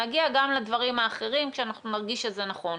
נגיע גם לדברים האחרים כשאנחנו נרגיש שזה נכון.